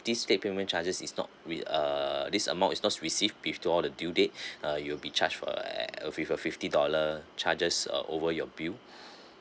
this late payment charges is not with uh this amount is not received peeved to all the due date uh you'll be charged for err a fift~ a fifty dollar charges uh over your bill